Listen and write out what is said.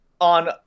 on